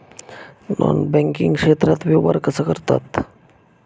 Non banking क्षेत्रात व्यवहार कसे करतात?